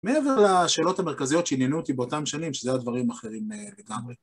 מעבר לשאלות המרכזיות שהנהנו אותי באותם שנים, שזה הדברים האחרים לגמרי.